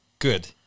good